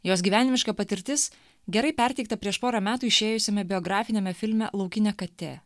jos gyvenimiška patirtis gerai perteikta prieš porą metų išėjusiame biografiniame filme laukinė katė